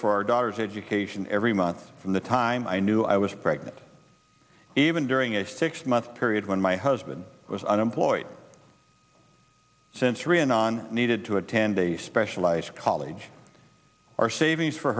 for our daughter's education every month from the time i knew i was pregnant even during a six month period when my husband was unemployed sensory and on needed to attend a specialized college our savings for